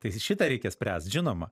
tai šitą reikia spręst žinoma